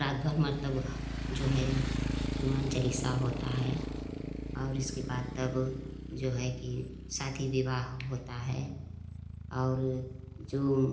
रात भर मतलब वह जो है हनुमान चालीसा होता है और इसके बाद तब जो है कि शादी विवाह होता है और जो